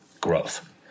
growth